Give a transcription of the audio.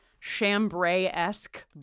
chambray-esque